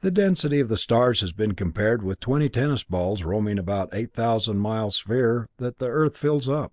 the density of the stars has been compared with twenty tennis balls roaming about eight thousand mile sphere that the earth fills up